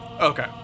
okay